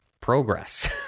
progress